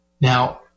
Now